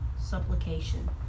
supplication